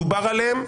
דובר עליהם,